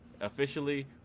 officially